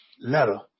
letter